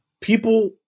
people